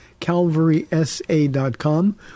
calvarysa.com